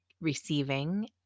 receiving